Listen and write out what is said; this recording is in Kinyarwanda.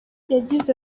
yagize